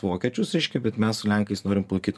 vokiečius reiškia bet mes su lenkais norim palaikyt